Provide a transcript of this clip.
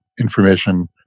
information